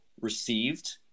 received